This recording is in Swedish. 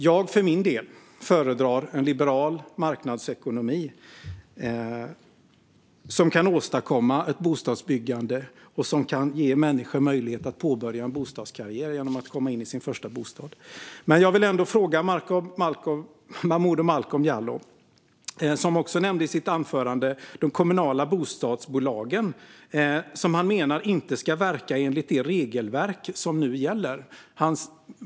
Jag för min del föredrar en liberal marknadsekonomi som kan åstadkomma ett bostadsbyggande och ge människor möjlighet att påbörja en bostadskarriär genom att få sin första bostad. Jag vill ställa en fråga till Momodou Malcolm Jallow, som i sitt anförande nämnde de kommunala bostadsbolagen, vilka han menar inte ska verka enligt det regelverk som nu gäller.